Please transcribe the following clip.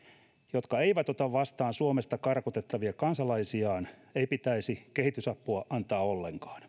jotka eivät ota vastaan suomesta karkotettavia kansalaisiaan ei pitäisi kehitysapua antaa ollenkaan